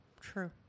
true